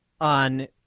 on